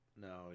no